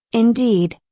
indeed,